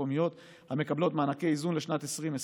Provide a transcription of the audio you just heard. המקומיות המקבלות מענקי איזון לשנת 2020,